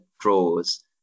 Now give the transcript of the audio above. draws